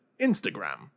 Instagram